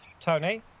Tony